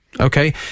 Okay